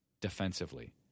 defensively